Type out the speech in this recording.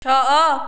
ଛଅ